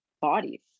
bodies